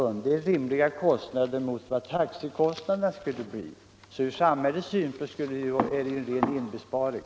Det är rimligt jämfört med vad taxikostnaderna skulle bli i motsvarande fall. Om man tillåter dessa avdrag blir det alltså ur samhällets synpunkt en ren inbesparing.